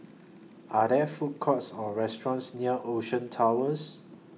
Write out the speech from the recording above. Are There Food Courts Or restaurants near Ocean Towers